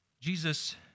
Jesus